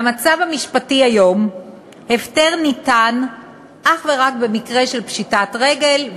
במצב המשפטי היום הפטר ניתן אך ורק במקרה של פשיטת רגל,